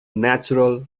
natural